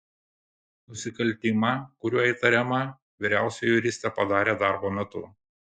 nusikaltimą kuriuo įtariama vyriausioji juristė padarė darbo metu